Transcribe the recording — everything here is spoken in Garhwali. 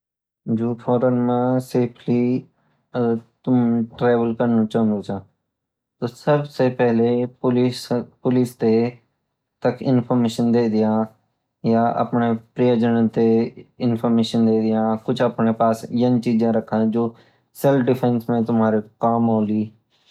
जो फॉरेन माँ साफल्य ट्रेवल करणु चांदु च सबसे पहले पुलिस ते ताख इनफार्मेशन देदियाँ अपना प्रिय जनोते इनफार्मेशन देदियाँ कुछ अपन पास यन चीज़े रखा जो सेल्फडिफेन्स मई तुम्हारे काम औली